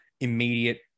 immediate